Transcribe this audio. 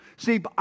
See